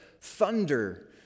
thunder